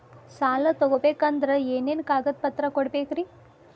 ಸಾಲ ತೊಗೋಬೇಕಂದ್ರ ಏನೇನ್ ಕಾಗದಪತ್ರ ಕೊಡಬೇಕ್ರಿ?